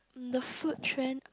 the food trend